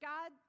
God